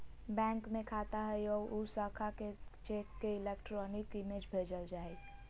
bank में खाता हइ और उ शाखा के चेक के इलेक्ट्रॉनिक इमेज भेजल जा हइ